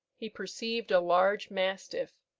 he perceived a large mastiff,